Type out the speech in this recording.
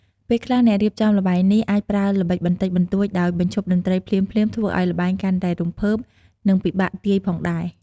ពេលខ្លះ អ្នករៀបចំល្បែងនេះអាចប្រើល្បិចបន្តិចបន្តួច ដោយបញ្ឈប់តន្ត្រីភ្លាមៗធ្វើឱ្យល្បែងកាន់តែរំភើប និងពិបាកទាយផងដែរ។